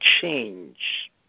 change